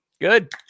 Good